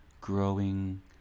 growing